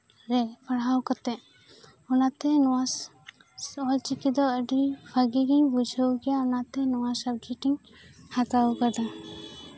ᱨᱮ ᱯᱟᱲᱦᱟᱣ ᱠᱟᱛᱮᱫ ᱚᱱᱟᱛᱮ ᱱᱚᱣᱟ ᱥᱚᱦᱚᱡᱽ ᱜᱮᱫᱚ ᱟᱹᱰᱤ ᱵᱷᱟᱜᱮ ᱜᱮᱧ ᱵᱩᱡᱷᱟᱹᱣ ᱜᱮᱭᱟ ᱚᱱᱟᱛᱮ ᱱᱚᱣᱟ ᱥᱟᱵᱽᱡᱮᱠᱴ ᱤᱧ ᱦᱟᱛᱟᱣ ᱠᱟᱫᱟ